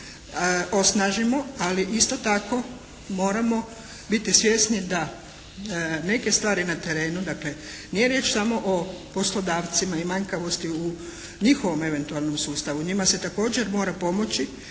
osnažimo, ali isto tako moramo biti svjesni da neke stvari na terenu, dakle nije riječ samo o poslodavcima i manjkavosti u njihovom eventualnom sustavu, njima se također mora pomoći,